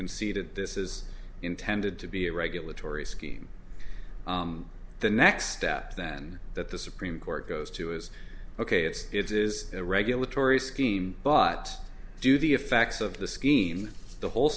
conceded this is intended to be a regulatory scheme the next step then that the supreme court goes to is ok it's it is a regulatory scheme but do the effects of the scheme the whole